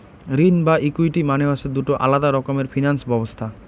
ঋণ এবং ইকুইটি মানে হসে দুটো আলাদা রকমের ফিনান্স ব্যবছস্থা